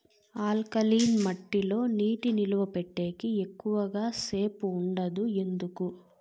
alkaline మట్టి లో నీటి నిలువ పెట్టేకి ఎక్కువగా సేపు ఉండదు ఎందుకు